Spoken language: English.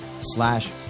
slash